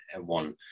one